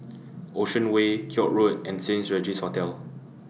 Ocean Way Koek Road and Saint Regis Hotel